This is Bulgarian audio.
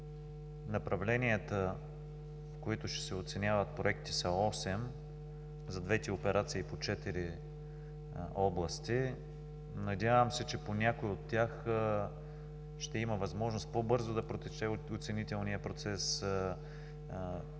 Направленията, в които ще се оценяват проекти, са осем, за двете операции по четири области. Надявам се, че по някои от тях ще има възможност по-бързо да протече оценителният процес